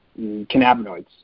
cannabinoids